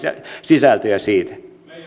sisältöjä siitä